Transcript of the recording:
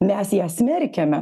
mes ją smerkiame